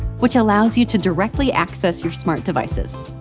which allows you to directly access your smart devices.